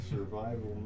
Survival